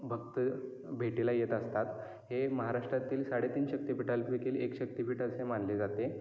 भक्त भेटीला येत असतात हे महाराष्ट्रातील साडेतीन शक्तीपीठालपैकी एक शक्तीपीठ असे मानले जाते